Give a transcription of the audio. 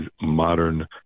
modern